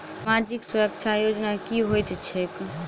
सामाजिक सुरक्षा योजना की होइत छैक?